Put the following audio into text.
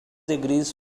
agrees